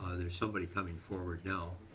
there is somebody coming forward now.